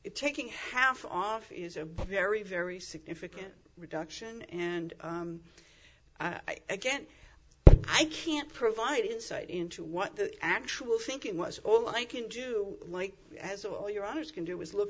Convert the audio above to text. it taking half off is a very very significant reduction and i guess i can't provide insight into what the actual thinking was all i can do as all your others can do is look